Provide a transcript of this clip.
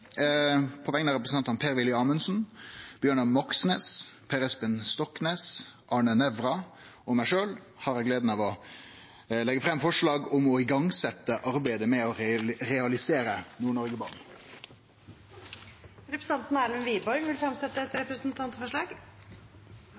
På vegner av representantane Per-Willy Amundsen, Bjørnar Moxnes, Per Espen Stoknes, Arne Nævra og meg sjølv har eg gleda av å leggje fram forslag om å setje i gang arbeidet med å realisere Nord-Noreg-banen. Representanten Erlend Wiborg vil